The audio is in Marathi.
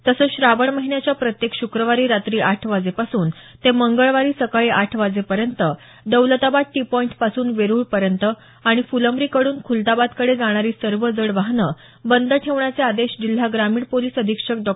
तसंच श्रावण महिन्याच्या प्रत्येक श्क्रवारी रात्री आठ वाजेपासून ते मंगळवारी सकाळी आठ वाजेपर्यंत दौलताबाद टी पॉईंट पासून वेरूळ पर्यंत आणि फुलंब्रीकडून खुलताबादकडे जाणारी सर्व जड वाहनं बंद ठेवण्याचे आदेश जिल्हा ग्रामीण पोलिस अधीक्षक डॉ